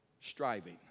striving